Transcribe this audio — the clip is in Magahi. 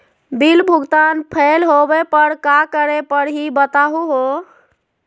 बिल भुगतान फेल होवे पर का करै परही, बताहु हो?